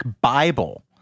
Bible